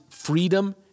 freedom